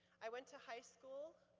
i went to high school,